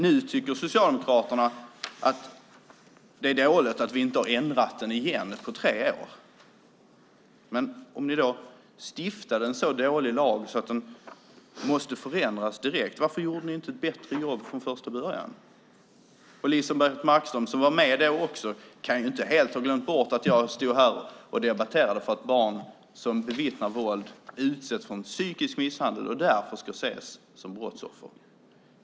Nu tycker Socialdemokraterna att det är dåligt att vi inte har ändrat lagen igen under dessa tre år. Men om ni stiftade en så dålig lag att den måste förändras direkt undrar jag varför ni inte gjorde ett bättre jobb från första början. Elisebeht Markström som var med då också kan inte helt ha glömt bort att jag stod här och debatterade om att barn som bevittnar våld utsätts för en psykisk misshandel och därför ska ses som brottsoffer.